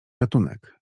ratunek